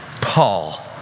Paul